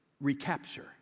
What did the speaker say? recapture